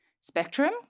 spectrum